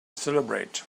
celebrate